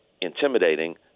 intimidating